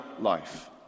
life